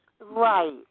Right